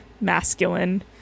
masculine